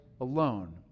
alone